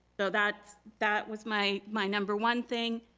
so that that was my my number one thing.